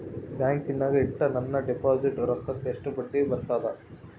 ಬ್ಯಾಂಕಿನಾಗ ಇಟ್ಟ ನನ್ನ ಡಿಪಾಸಿಟ್ ರೊಕ್ಕಕ್ಕ ಎಷ್ಟು ಬಡ್ಡಿ ಬರ್ತದ?